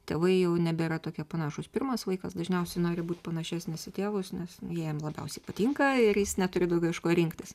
tėvai jau nebėra tokie panašūs pirmas vaikas dažniausiai nori būt panašesnis į tėvus nes jie jam labiausiai patinka ir jis neturi daugiau iš ko rinktis